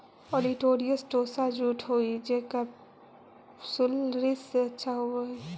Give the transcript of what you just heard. olitorius टोसा jute हई जे केपसुलरिस से अच्छा होवऽ हई